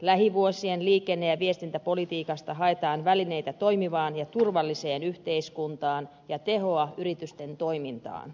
lähivuosien liikenne ja viestintäpolitiikasta haetaan välineitä toimivaan ja turvalliseen yhteiskuntaan ja tehoa yritysten toimintaan